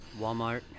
Walmart